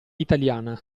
italiana